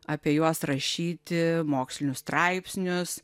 apie juos rašyti mokslinius straipsnius